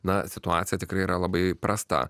na situacija tikrai yra labai prasta